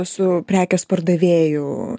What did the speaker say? su prekės pardavėju